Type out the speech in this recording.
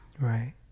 Right